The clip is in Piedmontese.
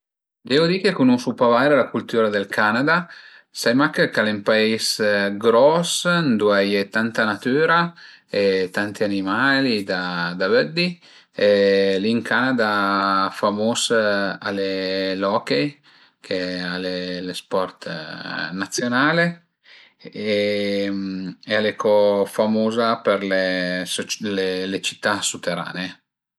Deu di che cunosu pa vaire la cultüra dël Canada, sai mach ch'al e ün pais gros ëndua a ie tanta natüra e tanti animali da da vëddi e li ën Canada famus al e l'hochey ch'al e lë sport nazionale e al e co famuza për le cità suterane-e